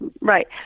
Right